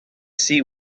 see